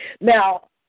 Now